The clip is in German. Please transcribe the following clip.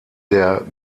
der